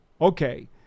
okay